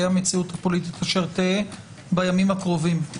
המציאות הפוליטית אשר תהא בימים הקרובים.